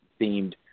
themed